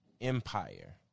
empire